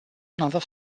another